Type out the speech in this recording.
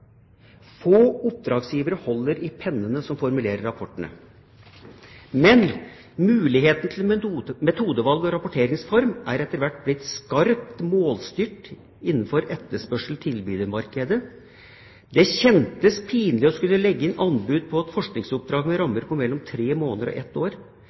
Få oppdragsgivere holder i pennene som formulerer rapportene. Men muligheten til metodevalg og rapporteringsform er etter hvert blitt skarpt målstyrt innenfor «etterspørsel – tilbyder» markedet. Det kjentes pinlig å skulle legge inn «anbud» på et forskningsoppdrag med rammer på mellom 3 måneder og et år.